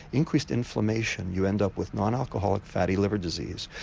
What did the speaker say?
increased inflammation you end up with non-alcoholic fatty liver disease.